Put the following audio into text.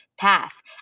path